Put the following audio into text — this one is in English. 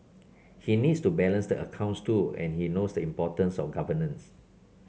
he needs to balance the accounts too and he knows the importance of governance